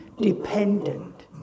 dependent